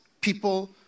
people